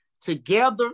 together